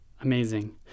Amazing